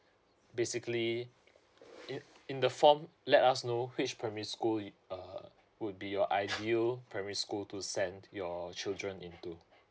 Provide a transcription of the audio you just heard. basically in in the form let us know which primary school you err would be your ideal primary school to send your children into